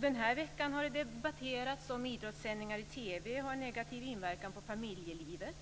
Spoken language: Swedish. Den här veckan har det debatterats om idrottssändningar i TV har negativ inverkan på familjelivet.